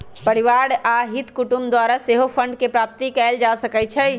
परिवार आ हित कुटूम द्वारा सेहो फंडके प्राप्ति कएल जा सकइ छइ